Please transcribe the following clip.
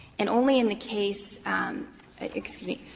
and only in the case excuse me.